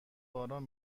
باران